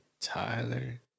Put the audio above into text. Tyler